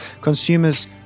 consumers